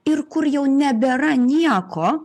ir kur jau nebėra nieko